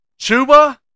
chuba